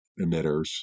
emitters